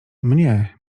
mnie